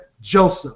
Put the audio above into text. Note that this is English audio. Joseph